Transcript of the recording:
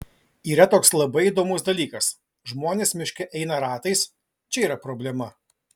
yra toks labai įdomus dalykas žmonės miške eina ratais čia yra problema